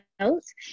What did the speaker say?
notes